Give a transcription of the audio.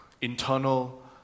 internal